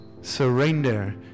surrender